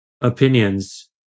opinions